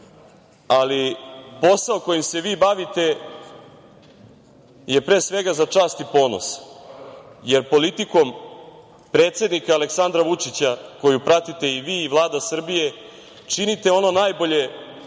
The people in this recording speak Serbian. ali posao kojim se vi bavite je pre svega za čast i ponos, jer politikom predsednika Aleksandra Vučića koju pratite i vi i Vlada Srbije činite ono najbolje